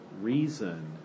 reason